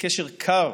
בקשר קר